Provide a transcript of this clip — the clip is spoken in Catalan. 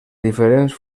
diferents